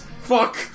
Fuck